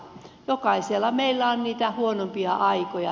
jokaisella meistä on niitä huonompia aikoja